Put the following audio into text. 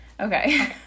Okay